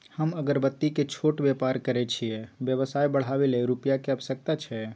हम अगरबत्ती के छोट व्यापार करै छियै व्यवसाय बढाबै लै रुपिया के आवश्यकता छै?